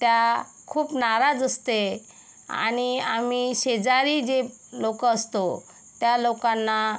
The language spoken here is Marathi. त्या खूप नाराज असते आणि आम्ही शेजारी जे लोक असतो त्या लोकांना